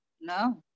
No